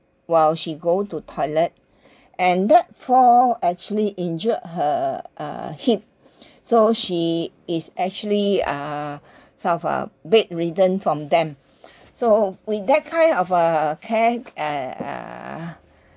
while she go to toilet and that fall actually injured her uh hip so she is actually uh uh sort of bedridden from then so with that kind of uh care uh err